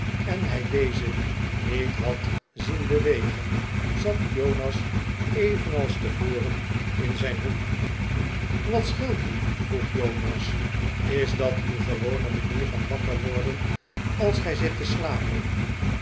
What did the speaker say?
en hij dezen niet had zien bewegen zat jonas evenals tevoren in zijn hoek wat scheelt u vroeg jonas is dat uw gewone manier van wakker worden als gij zit te slapen